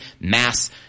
mass